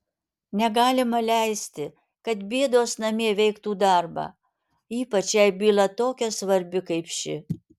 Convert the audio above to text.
negalima leisti kad bėdos namie veiktų darbą ypač jei byla tokia svarbi kaip ši